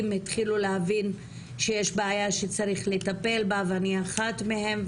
התחילו להבין שיש בעיה שצריך לטפל בה ואני אחת מהן.